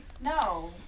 no